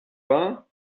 wahr